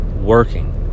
working